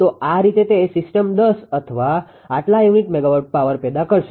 તો આ રીતે તે સિસ્ટમ 10 અથવા આટલા યુનિટ મેગાવોટ પાવર પેદા કરશે